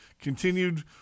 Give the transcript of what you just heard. continued